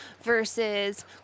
versus